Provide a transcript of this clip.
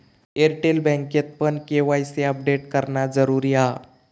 Airtel बँकेतपण KYC update करणा जरुरी हा